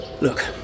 Look